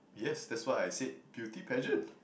yes that's what I said beauty pageant